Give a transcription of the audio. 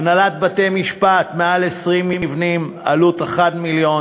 הנהלת בתי-משפט, יותר מ-20 מבנים, עלות, מיליון,